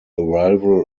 arrival